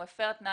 הוא הפר תנאי,